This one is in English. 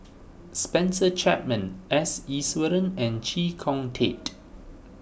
Spencer Chapman S Iswaran and Chee Kong Tet